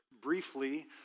briefly